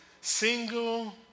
Single